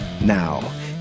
Now